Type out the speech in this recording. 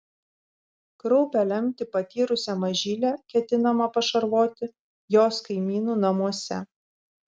kraupią lemtį patyrusią mažylę ketinama pašarvoti jos kaimynų namuose